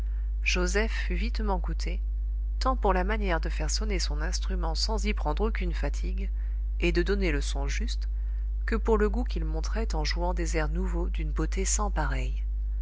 joseph fut vitement goûté tant pour la manière de faire sonner son instrument sans y prendre aucune fatigue et de donner le son juste que pour le goût qu'il montrait en jouant des airs nouveaux d'une beauté sans pareille